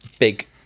big